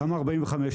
למה 45?